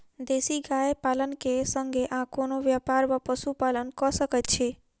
देसी गाय पालन केँ संगे आ कोनों व्यापार वा पशुपालन कऽ सकैत छी?